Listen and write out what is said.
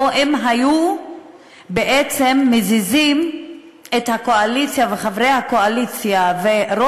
האם הם היו בעצם מזיזים את הקואליציה ואת חברי הקואליציה